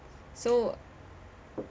so